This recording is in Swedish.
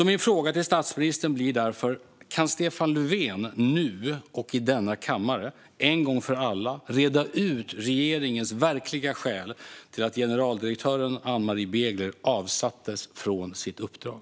Min fråga till statsministern blir därför: Kan Stefan Löfven nu i denna kammare en gång för alla reda ut regeringens verkliga skäl till att generaldirektören Ann-Marie Begler avsattes från sitt uppdrag?